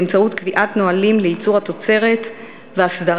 באמצעות קביעת נהלים לייצור התוצרת ולהסדרת